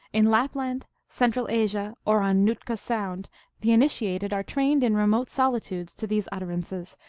in lapland, central asia, or on nootka sound the in itiated are trained in remote solitudes to these utter ances,